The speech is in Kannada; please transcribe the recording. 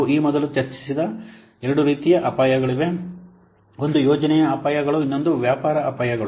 ನಾವು ಈ ಮೊದಲು ಚರ್ಚಿಸಿದ ಎರಡು ರೀತಿಯ ಅಪಾಯಗಳಿವೆ ಒಂದು ಯೋಜನೆಯ ಅಪಾಯಗಳು ಇನ್ನೊಂದು ವ್ಯಾಪಾರ ಅಪಾಯಗಳು